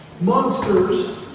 monsters